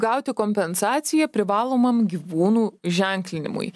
gauti kompensaciją privalomam gyvūnų ženklinimui